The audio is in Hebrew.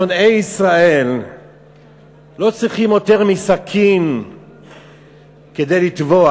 שונאי ישראל לא צריכים יותר מסכין כדי לטבוח.